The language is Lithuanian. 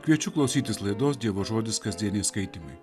kviečiu klausytis laidos dievo žodis kasdieniai skaitymai